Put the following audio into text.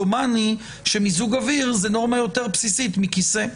דומני שמיזוג אוויר זה נורמה יותר בסיסית מכיסא,